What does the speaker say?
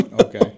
Okay